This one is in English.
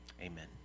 Amen